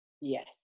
Yes